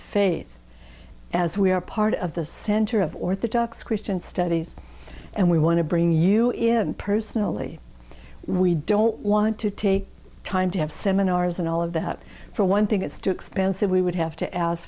faith as we are part of the center of orthodox christian studies and we want to bring you in personally we don't want to take time to have seminars and all of that for one thing it's too expensive we would have to ask